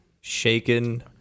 Shaken